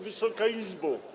Wysoka Izbo!